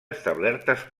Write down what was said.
establertes